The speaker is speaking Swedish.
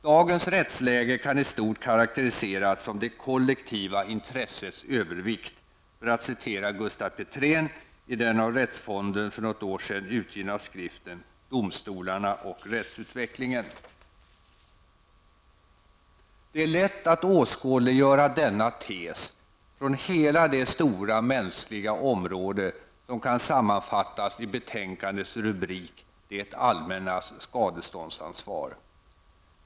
Dagens rättsläge kan i stort karakteriseras som ''det kollektiva intressets övervikt'', för att citera Gustaf Petrén i den av Rättsfonden för något år sedan utgivna skriften Domstolarna och rättsutvecklingen. Det är lätt att åskådliggöra denna tes från hela det stora mänskliga område som kan sammanfattas i betänkandets rubrik Det allmännas skadeståndsansvar.